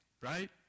Right